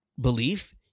belief